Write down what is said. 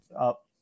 up